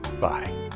Bye